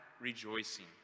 rejoicing